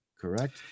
correct